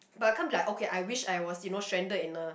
but I can't be like okay I wish I was you know stranded in a